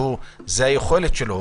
שזו היכולת שלו,